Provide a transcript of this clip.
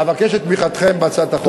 אבקש את תמיכתם בהצעת החוק.